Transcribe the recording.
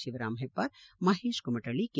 Shivaram Hebbar Mahesh Kumatalli K